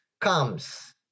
comes